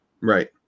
Right